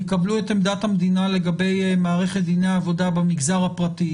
יקבלו את עמדת המדינה לגבי מערכת דיני עבודה במגזר הפרטי,